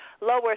lower